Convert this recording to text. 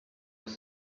was